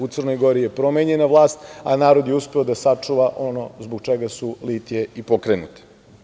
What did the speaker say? U Crnoj Gori je promenjena vlast, a narod je uspeo da sačuva ono zbog čega su litije i pokrenute.